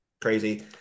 crazy